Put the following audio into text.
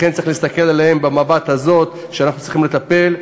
לכן צריך להסתכל עליהם במבט הזה שאנחנו צריכים לטפל,